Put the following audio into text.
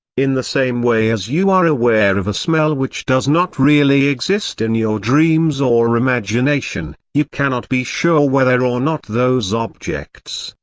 in the same way as you are aware of a smell which does not really exist in your dreams or imagination, you cannot be sure whether or not those objects,